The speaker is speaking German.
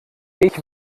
ich